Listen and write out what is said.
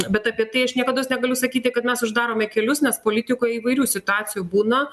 bet apie tai aš niekados negaliu sakyti kad mes uždarome kelius nes politikoj įvairių situacijų būna